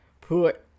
put